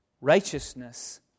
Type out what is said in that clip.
righteousness